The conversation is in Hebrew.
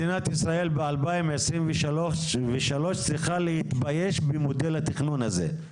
מדינת ישראל ב-2023 צריכה להתבייש במודל התכנון הזה.